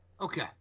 Okay